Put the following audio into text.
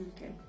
okay